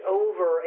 over